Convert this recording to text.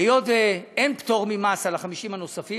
היות שאין פטור ממס על ה-50 הנוספים,